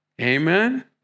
Amen